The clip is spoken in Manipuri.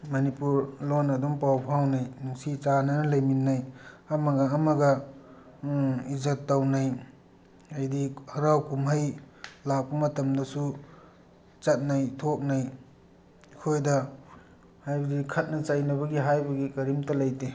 ꯃꯅꯤꯄꯨꯔ ꯂꯣꯟ ꯑꯗꯨꯝ ꯄꯥꯎ ꯐꯥꯎꯅꯩ ꯅꯨꯡꯁꯤ ꯆꯥꯟꯅꯅ ꯂꯩꯃꯤꯟꯅꯩ ꯑꯃꯒ ꯑꯃꯒ ꯏꯖꯠ ꯇꯧꯅꯩ ꯍꯥꯏꯗꯤ ꯍꯔꯥꯎ ꯀꯨꯝꯍꯩ ꯂꯥꯛꯄ ꯃꯇꯝꯗꯁꯨ ꯆꯠꯅꯩ ꯊꯣꯛꯅꯩ ꯑꯩꯈꯣꯏꯗ ꯍꯥꯏꯕꯗꯤ ꯈꯠꯅ ꯆꯩꯅꯕꯒꯤ ꯍꯥꯏꯕꯒꯤ ꯀꯔꯤꯝꯇ ꯂꯩꯇꯦ